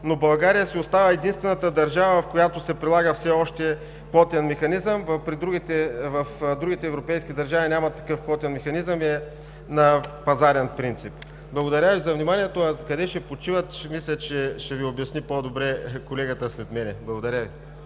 но България си остава единствената държава, в която се прилага все още квотен механизъм. В другите европейски държави няма такъв квотен механизъм и е на пазарен принцип. Благодаря Ви за вниманието. А къде ще почиват, ще Ви обясни по-добре колегата след мен. ПРЕДСЕДАТЕЛ